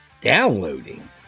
downloading